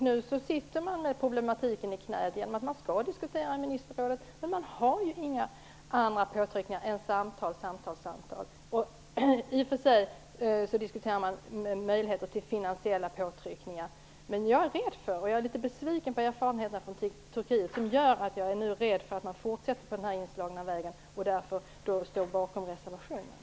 Nu sitter man med problematiken i knät i och med att frågan skall diskuteras i ministerrådet men man har inte några andra påtryckningsmedel än samtal, samtal, samtal. I och för sig diskuterar man möjligheterna till finansiella påtryckningar. På grund av de tidigare erfarenheterna från Turkiet och min besvikelse över hur det gick där är jag nu rädd för att man fortsätter på den inslagna vägen, och därför står jag nu bakom reservationen.